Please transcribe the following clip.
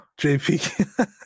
jp